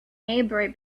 maybury